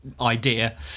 idea